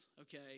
okay